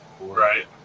right